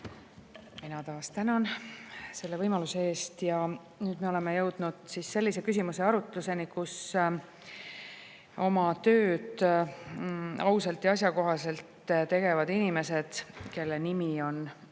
Mina taas tänan selle võimaluse eest! Nüüd me oleme jõudnud sellise küsimuse arutluseni, kus oma tööd ausalt ja asjakohaselt tegevad inimesed, kelle nimi on hästi